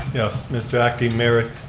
yes mr. acting mayor.